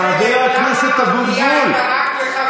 חבר הכנסת אבוטבול, תודה.